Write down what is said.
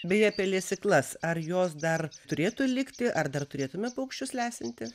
beje apie lesyklas ar jos dar turėtų likti ar dar turėtume paukščius lesinti